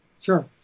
Sure